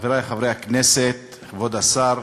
חברי חברי הכנסת, כבוד השר,